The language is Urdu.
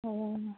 او